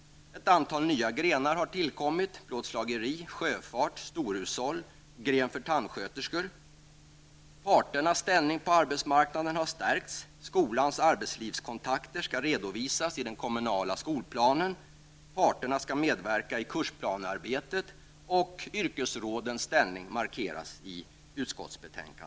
Ett antal nya grenar har tillkommit -- plåtslageri, sjöfart, storhushåll, gren för tandsköterskor. Parternas ställning på arbetsmarknaden har stärkts. Skolans arbetslivskontakter skall redovisas i den kommunala skolplanen. Parterna skall medverka i kursplanearbetet och yrkesrådens ställning markeras.